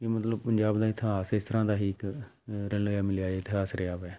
ਇਹ ਮਤਲਬ ਪੰਜਾਬ ਦਾ ਇਤਿਹਾਸ ਇਸ ਤਰ੍ਹਾਂ ਦਾ ਹੀ ਇੱਕ ਰਲ਼ਿਆ ਮਿਲਿਆ ਇਤਿਹਾਸ ਰਿਹਾ ਵੈ